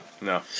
No